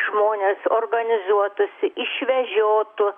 žmonės organizuotųsi išvežiotų